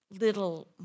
little